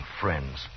friends